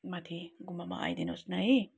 माथि गुम्बामा आइदिनुहोस् न है